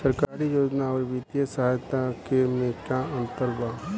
सरकारी योजना आउर वित्तीय सहायता के में का अंतर बा?